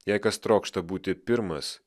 jei kas trokšta būti pirmas